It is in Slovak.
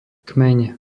kmeň